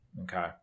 Okay